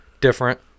different